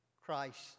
Christ